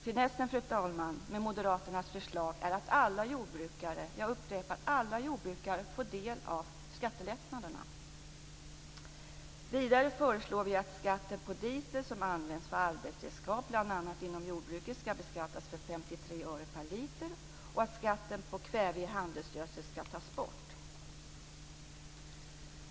Finessen, fru talman, med Moderaternas förslag är att alla jordbrukare - jag upprepar: alla jordbrukare - får del av skattelättnaderna. Vidare föreslår vi att skatten på diesel som används för arbetsredskap, bl.a. inom jordbruket, ska beskattas med 53 öre per liter och att skatten på kväve i handelsgödsel ska tas bort.